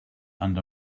under